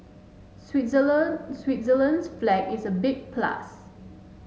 Switzerland Switzerland's flag is a big plus